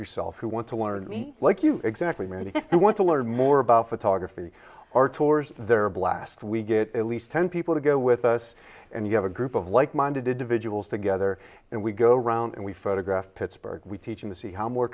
yourself who want to learn like you exactly maybe you want to learn more about photography our tours there are a blast we get at least ten people to go with us and you have a group of like minded individuals together and we go around and we photograph pittsburgh we teach in the see how more